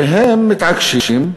והם מתעקשים,